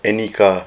any car